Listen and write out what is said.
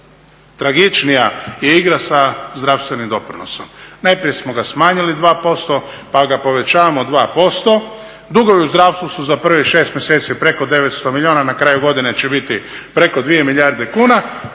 najtragičnija je igra sa zdravstvenim doprinosom. Najprije smo ga smanjili 2%, pa ga povećavamo 2%, dugovi u zdravstvu su za prvih 6 mjeseci preko 900 milijuna, na kraju godine će biti preko 2 milijarde kuna